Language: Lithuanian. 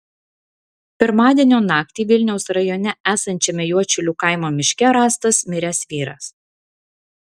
pirmadienio naktį vilniaus rajone esančiame juodšilių kaimo miške rastas miręs vyras